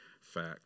fact